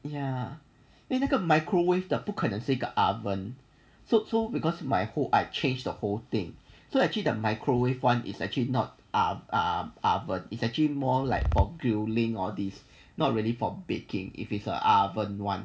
ya 因为那个 microwave 的不可能是一个 oven so so because my who I change the whole thing so actually the microwave one is actually not a a ah but it's actually more like for grilling not really for baking if it is a oven [one]